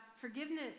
forgiveness